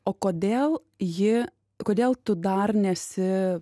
o kodėl ji kodėl tu dar nesi